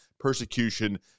persecution